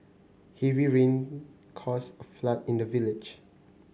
heavy rain caused a flood in the village